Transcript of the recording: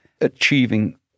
achieving